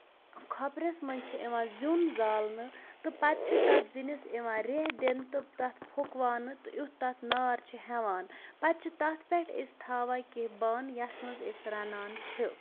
خۄپرِس منٛز چھِ یِوان زیُن زالنہٕ تہٕ پَتہٕ چھِ تَتھ زِنِس یِوان رہہ دِنہٕ تہٕ تَتھ پھکوانہٕ تہٕ یُتھ تَتھ نار چھُ ہٮ۪وان پَتہٕ چھِ تَتھ پٮ۪ٹھ أسۍ تھاوان کیٚنٛہہ بانہٕ یَتھ منٛز أسۍ رَنان چھِ